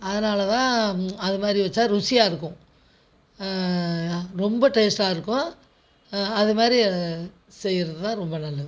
அதனால் தான் அது மாதிரி வச்சா ருசியாயிருக்கும் ரொம்ப டேஸ்டாயிருக்கும் அது மாதிரி செய்யறது தான் ரொம்ப நல்லது